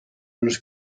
los